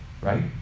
right